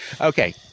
Okay